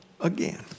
again